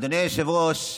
אדוני היושב-ראש,